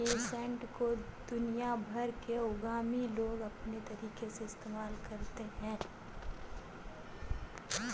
nascent को दुनिया भर के उद्यमी लोग अपने तरीके से इस्तेमाल में लाते हैं